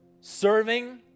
serving